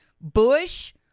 Bush